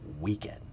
weekend